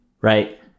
right